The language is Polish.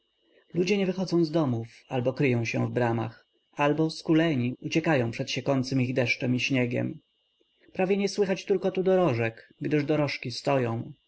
ludzie nie wychodzą z domów albo kryją się w bramach albo skuleni uciekają przed siekącym ich deszczem i śniegiem prawie nie słychać turkotu dorożek gdyż dorożki stoją